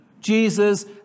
Jesus